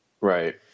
Right